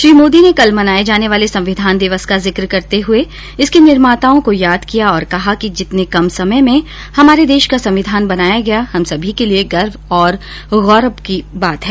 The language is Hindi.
श्री मोदी ने कल मनाए जाने वाले संविधान दिवस का जिक्र करते हुए इसके निर्माताओं को याद किया और कहा कि जितने कम समय में हमारे देश का संविधान बनाया गया हम सभी के लिए गर्व और गौरतलब करने वाली बात है